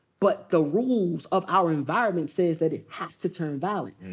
but the rules of our environment says that it has to turn violent.